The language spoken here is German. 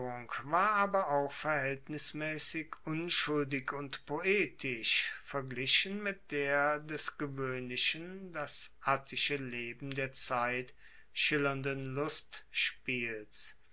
war aber auch verhaeltnismaessig unschuldig und poetisch verglichen mit der des gewoehnlichen das attische leben der zeit schildernden lustspiels